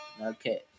Okay